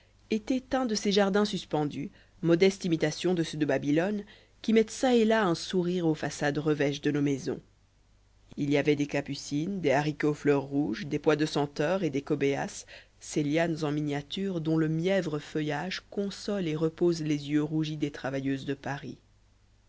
était un de ces jardins suspendus modeste imitation de ceux de babylone qui mettent ça et là un sourire aux façades revêches de nos maisons il y avait des capucines des haricots fleurs rouges des pois de senteur et des cobæas ces lianes en miniature dont le mièvre feuillage console et repose les yeux rougis des travailleuses de paris